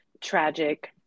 tragic